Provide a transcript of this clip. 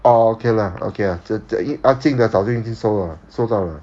orh okay lah okay lah 这等于安静的早就已经收了收到了